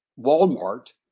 Walmart